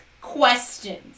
questions